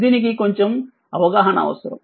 దీనికి కొంచెం అవగాహన అవసరం